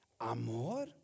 Amor